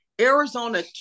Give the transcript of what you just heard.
Arizona